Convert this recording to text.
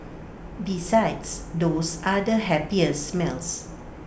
besides those are the happiest smells